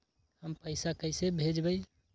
हम पैसा कईसे भेजबई?